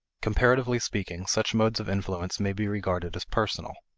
comparatively speaking, such modes of influence may be regarded as personal.